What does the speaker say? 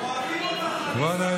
אוהבים אותך, עליזה.